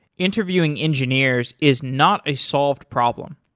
interviewing engineers is not a solved problem.